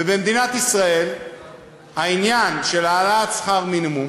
ובמדינת ישראל העניין של העלאת שכר מינימום